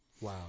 Wow